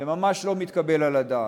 זה ממש לא מתקבל על הדעת.